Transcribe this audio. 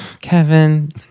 Kevin